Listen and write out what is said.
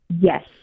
Yes